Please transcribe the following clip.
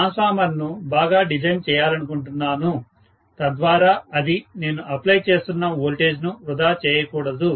transformer ను బాగా design చేయాలనుకుంటున్నాను తద్వారా అది నేను అప్లై చేస్తున్న వోల్టేజ్ ను వృధా చేయకూడదు